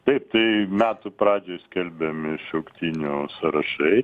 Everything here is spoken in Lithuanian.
taip tai metų pradžioj skelbiami šauktinių sąrašai